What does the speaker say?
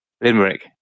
limerick